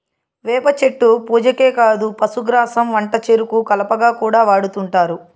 వేప చెట్టు పూజకే కాదు పశుగ్రాసం వంటచెరుకు కలపగా కూడా వాడుతుంటారు